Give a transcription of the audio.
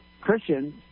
Christians